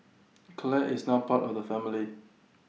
Clare is now part of the family